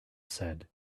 said